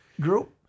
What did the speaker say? group